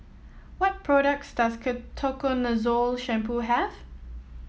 what products does Ketoconazole Shampoo have